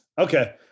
Okay